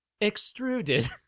extruded